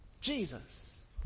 Jesus